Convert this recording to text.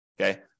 Okay